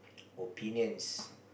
opinions